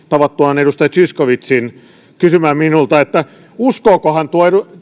tavattuaan edustaja zyskowiczin kysymään minulta että uskookohan tuo